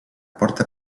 porta